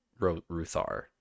Ruthar